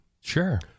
Sure